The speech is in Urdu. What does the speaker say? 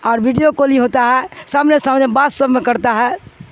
اور ویڈیو کالنگ ہوتا ہے سامنے سامنے باد س میں کرتا ہے